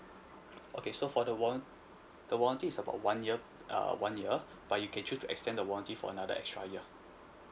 okay so for the warran~ the warranty is about one year uh one year but you can choose to extend the warranty for another extra year